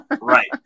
right